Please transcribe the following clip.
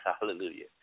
hallelujah